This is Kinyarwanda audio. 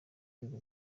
rwego